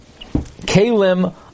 kalim